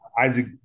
isaac